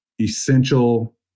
essential